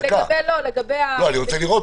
דקה --- לגבי --- אני רוצה לראות,